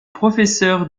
professeur